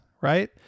right